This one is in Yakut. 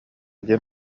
диэн